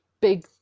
big